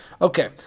Okay